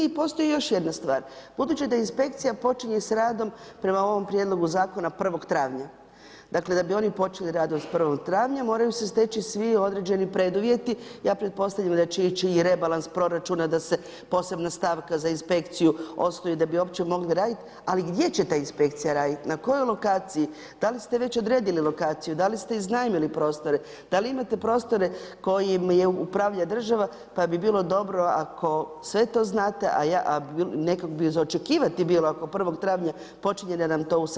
I postoji još jedna stvar, budući da inspekcija počinje s radom prema ovom prijedlogu zakona 1. travnja, dakle, da bi oni počeli rad 1. travnja, moraju se steći svi određeni preduvjeti, ja pretpostavljam da će ići i rebalas proračuna da se posebna stavka za inspekciju osnuje da bi uopće mogli raditi, ali gdje će ta inspekcija raditi, na kojoj lokaciji, da li ste već odredili lokaciju, da li ste iznajmili prostore, da li imate prostore kojim upravlja država, pa bi bilo dobro ako sve to znato, a nekako bi za očekivati bilo ako 1. travnja počinje, da nam to u Saboru i kažete.